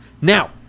Now